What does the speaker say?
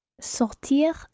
Sortir